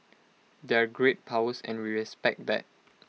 they're great powers and we respect that